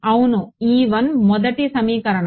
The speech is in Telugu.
అవును మొదటి సమీకరణం